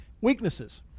Weaknesses